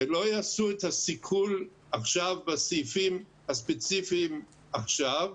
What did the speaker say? ולא יעשו את הסיכול עכשיו בסעיפים הספציפיים עכשיו.